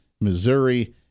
Missouri